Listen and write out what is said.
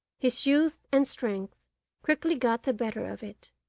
his youth and strength quickly got the better of it.